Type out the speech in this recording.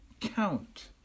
count